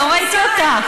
לא ראיתי אותך.